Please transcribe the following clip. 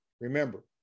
Remember